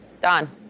Don